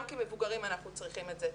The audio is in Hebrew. גם כמבוגרים אנחנו צריכים את זה.